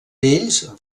ells